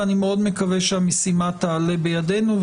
ואני מאוד מקווה שהמשימה תעלה בידינו.